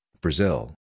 Brazil